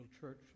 church